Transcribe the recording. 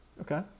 Okay